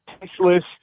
tasteless